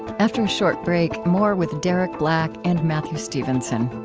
after a short break, more with derek black and matthew stevenson.